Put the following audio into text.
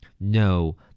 No